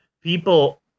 People